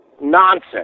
nonsense